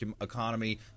economy